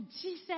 Jesus